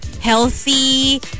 healthy